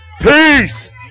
Peace